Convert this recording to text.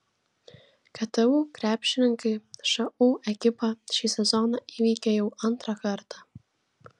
ktu krepšininkai šu ekipą šį sezoną įveikė jau antrą kartą